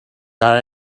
guy